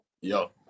Yo